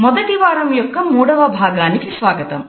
మొదటి వారం యొక్క మూడవ భాగానికి స్వాగతం